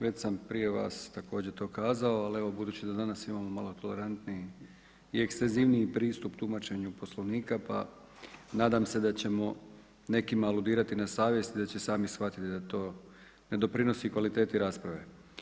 Već sam prije vas također to kazao, ali evo budući da danas imamo malo tolerantniji i ekstenzivniji pristup tumačenju Poslovnika, pa nadam se da ćemo nekima aludirati na savjest i da će sami shvatiti da to ne doprinosi kvaliteti rasprave.